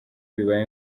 bibaye